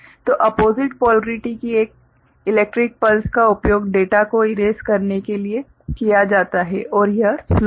तो opposite polarity की electrical pulse का उपयोग डेटा को इरेस करने के लिए किया जाता है और यह स्लो है